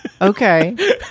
Okay